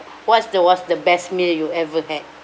what's the what's the best meal you ever had